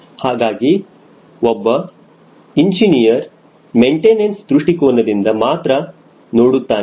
ಹಾಗಾಗಿ ಒಬ್ಬ engineer maintenance ದೃಷ್ಟಿಕೋನದಿಂದ ಮಾತ್ರ ನೋಡುತ್ತಾನೆ